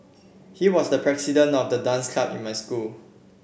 he was the president of the dance club in my school